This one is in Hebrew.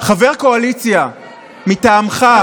חבר קואליציה מטעמך,